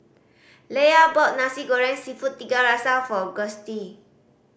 Leia bought Nasi Goreng Seafood Tiga Rasa for Gustie